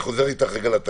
אני חוזר לתקנות.